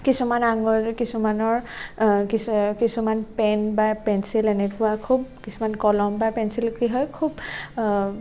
কিছুমান কিছুমানৰ কিছুমান পেন বা পেঞ্চিল এনেকুৱা খুব কিছুমান কলম বা পেঞ্চিল কি হয় খুব